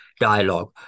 Dialogue